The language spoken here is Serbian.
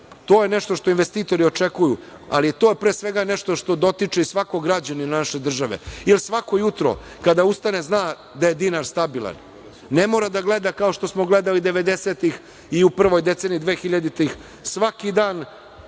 To je nešto što investitori očekuju, ali je to pre svega nešto što dotiče i svakog građanina države jer svako jutro kada ustane zna da je dinar stabilan. Ne mora da gleda, kao što smo gledali devedesetih i u prvoj deceniji dvehiljaditih,